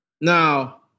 Now